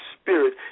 Spirit